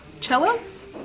cellos